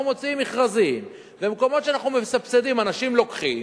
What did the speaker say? מוציאים מכרזים ובמקומות שאנחנו מסבסדים אנשים לוקחים,